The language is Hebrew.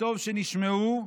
וטוב שנשמעו,